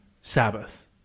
Sabbath